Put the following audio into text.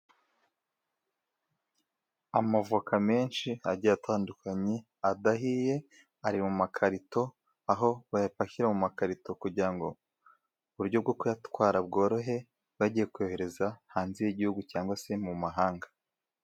Amavoka menshi agiye atandukanye adahiye ari mu makarito, aho bayapakira mu makarito kugira ngo uburyo bwo kuyatwara bworohe, bagiye kuyohereza hanze y'igihugu cyangwa se mu mahanga.